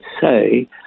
say